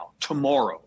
tomorrow